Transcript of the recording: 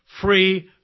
free